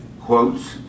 quotes